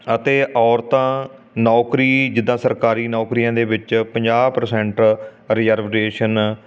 ਅਤੇ ਔਰਤਾਂ ਨੌਕਰੀ ਜਿੱਦਾਂ ਸਰਕਾਰੀ ਨੌਕਰੀਆਂ ਦੇ ਵਿੱਚ ਪੰਜਾਹ ਪ੍ਰਸੈਂਟ ਰਿਜਰਵਰੇਸ਼ਨ